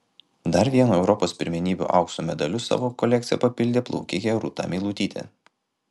dar vienu europos pirmenybių aukso medaliu savo kolekciją papildė plaukikė rūta meilutytė